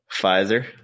Pfizer